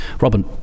Robin